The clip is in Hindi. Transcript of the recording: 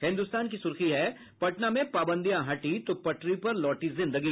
हिन्दुस्तान की सुर्खी है पटना में पाबंदिया हटी तो पटरी पर लौटी जिंदगी